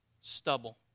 stubble